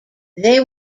they